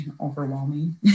overwhelming